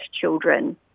children